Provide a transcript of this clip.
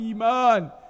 Iman